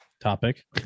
topic